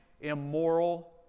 immoral